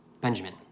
Benjamin